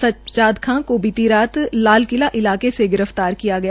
सज्जाद खां को बीती रात लाल किला इलाके से गिरफ्तार कियागया